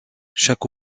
chaque